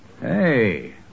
Hey